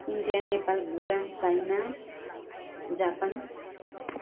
India Nepal Bhutan China Japan